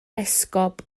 esgob